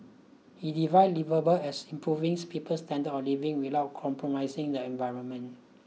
he defined liveable as improving people's standards of living without compromising the environment